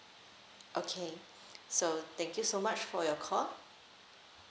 okay so thank you so much for your call